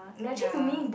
ya